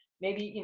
maybe, you know,